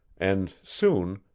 and soon,